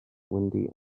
windy